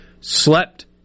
slept